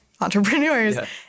entrepreneurs